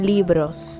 Libros